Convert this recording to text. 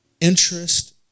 interest